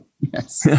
Yes